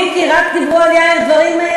רק דיברו על יאיר דברים,